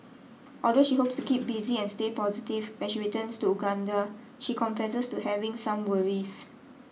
although she hopes to keep busy and stay positive when she returns to Uganda she confesses to having some worries